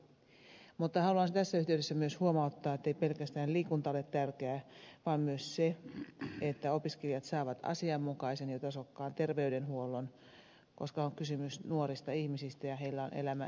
mutta haluan tässä yhteydessä myös huomauttaa ettei pelkästään liikunta ole tärkeää vaan myös se että opiskelijat saavat asianmukaisen ja tasokkaan terveydenhuollon koska on kysymys nuorista ihmisistä ja heillä on elämä edessään